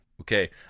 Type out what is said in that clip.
Okay